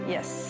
Yes